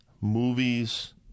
movies